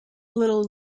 little